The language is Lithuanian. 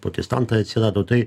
protestantai atsirado tai